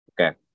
Okay